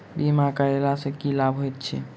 बीमा करैला सअ की लाभ होइत छी?